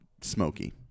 smoky